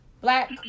black